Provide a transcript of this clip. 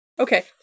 Okay